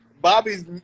bobby's